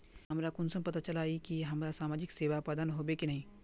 हमरा कुंसम पता चला इ की हमरा समाजिक सेवा प्रदान होबे की नहीं?